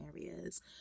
areas